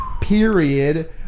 Period